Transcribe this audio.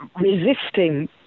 resisting